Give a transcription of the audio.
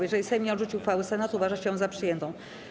Jeżeli Sejm nie odrzuci uchwały Senatu, uważa się ją za przyjętą.